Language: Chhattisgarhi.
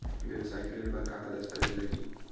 वेवसायिक ऋण बर का का दस्तावेज लगही?